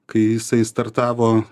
kai jisai startavo